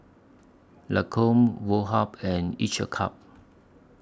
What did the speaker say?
Lancome Woh Hup and Each A Cup